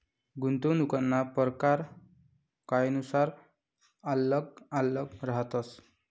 गुंतवणूकना परकार कायनुसार आल्लग आल्लग रहातस